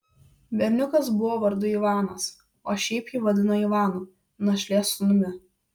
berniukas buvo vardu ivanas o šiaip jį vadino ivanu našlės sūnumi